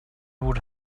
would